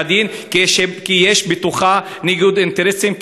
ואז התושבים החרדים התגודדו סביבו ובעצם